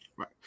right